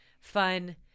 fun